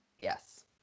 Yes